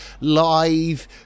live